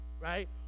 Right